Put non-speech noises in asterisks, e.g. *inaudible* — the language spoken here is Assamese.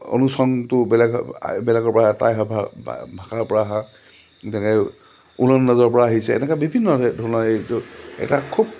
অনুচংটো বেলেগ বেলেগৰপৰা টাই ভাষাৰপৰা অহা যেনেকৈ *unintelligible* পৰা আহিছে এনেকৈ বিভিন্ন ধৰণৰ এই এটা খুব